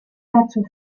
dazu